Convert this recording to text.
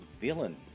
Villain